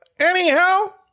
anyhow